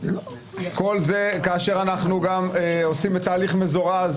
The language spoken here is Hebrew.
כל זה כאשר אנחנו גם עושים את ההליך מזורז,